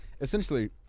essentially